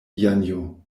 janjo